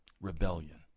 Rebellion